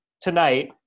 tonight